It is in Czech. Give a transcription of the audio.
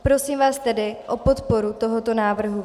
Prosím vás tedy o podporu tohoto návrhu.